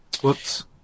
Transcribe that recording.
Whoops